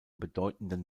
bedeutenden